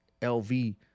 LV